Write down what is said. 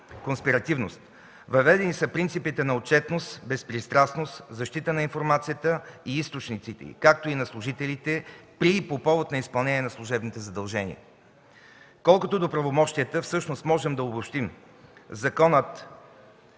„конспиративност”. Въведени са принципите на отчетност, безпристрастност, защита на информацията и източниците и, както и на служителите, при и по повод изпълнение на служебните задължения. Колкото до правомощията, всъщност можем да обобщим въпроса